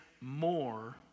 more